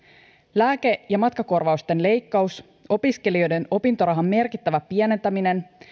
lääke ja matkakorvausten leikkaus opiskelijoiden opintorahan merkittävä pienentäminen